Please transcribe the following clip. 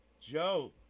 Joe